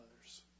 others